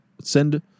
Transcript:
Send